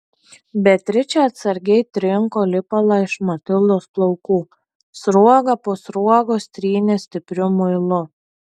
beatričė atsargiai trinko lipalą iš matildos plaukų sruogą po sruogos trynė stipriu muilu